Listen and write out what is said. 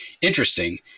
interesting